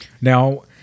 Now